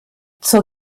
zur